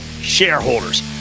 shareholders